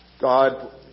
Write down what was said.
God